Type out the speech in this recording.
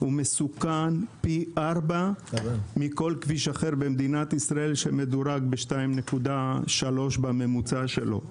הוא מסוכן פי ארבעה מכל כביש אחר במדינת ישראל שמדורג ב-2.3 בממוצע שלו.